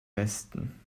besten